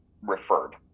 referred